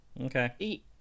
Okay